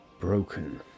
broken